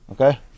Okay